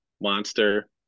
Monster